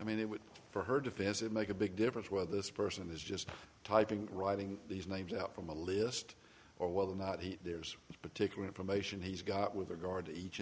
i mean it would for her defense it make a big difference whether this person is just typing writing these names out from a list or whether or not he there's a particular information he's got with regard to each